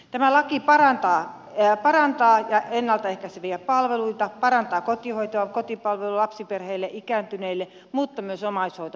tämä laki parantaa ennalta ehkäiseviä palveluita parantaa kotihoitoa kotipalvelua lapsiperheille ikääntyneille mutta myös omaishoitoperheille